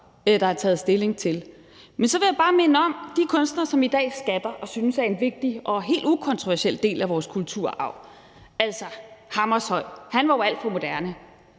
der har taget stilling til. Jeg vil bare minde om de kunstnere, som vi i dag skatter og synes er en vigtig og helt ukontroversiel del af vores kulturarv. Altså, Hammershøi var jo alt for moderne